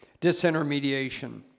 disintermediation